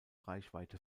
reichweite